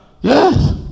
yes